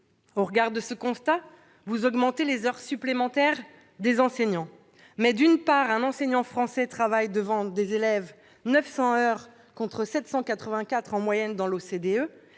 Au regard de ce constat, vous augmentez les heures supplémentaires des enseignants. Or, d'une part, un enseignant français travaille devant les élèves 900 heures, contre 784 en moyenne dans l'OCDE,